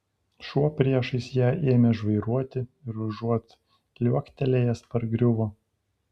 šuo priešais ją ėmė žvairuoti ir užuot liuoktelėjęs pargriuvo